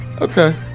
okay